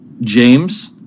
James